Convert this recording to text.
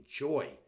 enjoy